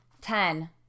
Ten